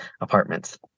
apartments